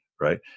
right